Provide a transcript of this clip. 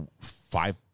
five